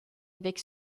avec